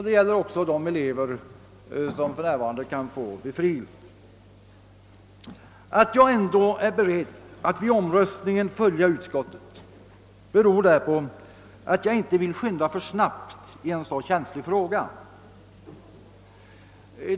Det gäller också de elever som för närvarande kan få befrielse. Att jag ändå är beredd att vid omröstningen biträda utskottets förslag beror på att jag inte vill skynda för snabbt i en så känslig fråga.